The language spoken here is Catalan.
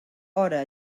hora